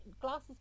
glasses